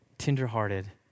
Tenderhearted